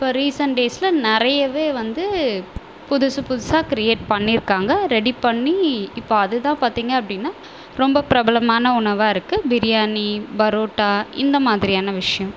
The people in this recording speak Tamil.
இப்போ ரீசண்ட் டேஸில் நிறையவே வந்து புதுசு புதுசாக க்ரியேட் பண்ணிருக்காங்க ரெடி பண்ணி இப்போ அதுதான் பார்த்திங்க அப்படின்னா ரொம்ப பிரபலமான உணவாக இருக்கு பிரியாணி பரோட்டா இந்தமாதிரியான விஷயம்